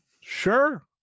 sure